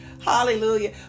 Hallelujah